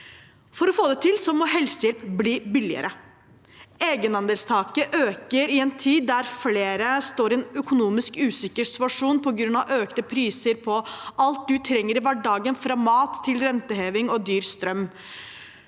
For å få det til må helsehjelp bli billigere. Egenandelstaket øker i en tid der flere står i en økonomisk usikker situasjon på grunn av økte priser på alt man trenger i hverdagen, som mat, rentehevinger og dyr strøm.